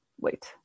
wait